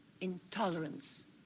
intolerance